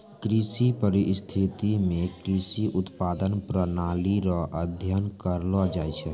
कृषि परिस्थितिकी मे कृषि उत्पादन प्रणाली रो अध्ययन करलो जाय छै